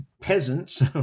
Peasants